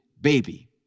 baby